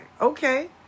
Okay